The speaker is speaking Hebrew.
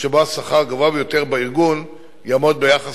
שבו השכר הגבוה ביותר בארגון יעמוד ביחס